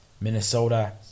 Minnesota